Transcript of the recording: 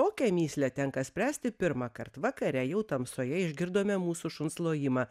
tokią mįslę tenka spręsti pirmą kart vakare jau tamsoje išgirdome mūsų šuns lojimą